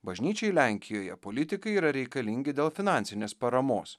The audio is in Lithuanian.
bažnyčiai lenkijoje politikai yra reikalingi dėl finansinės paramos